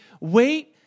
wait